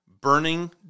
Burning